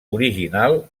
original